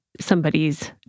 somebody's